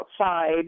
outside